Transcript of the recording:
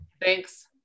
Thanks